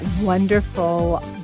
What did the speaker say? wonderful